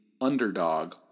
underdog